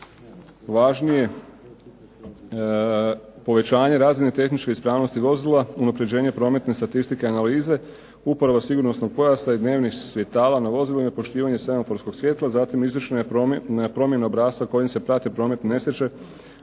najvažnije povećanje razine tehničke ispravnosti vozila, unapređenje prometne statistike i analize, uporaba sigurnosnog pojasa i dnevnih svjetala na vozilima i poštivanje semaforskih svjetla. Zatim je izvršena promjena obrasca kojim se prate prometne nesreće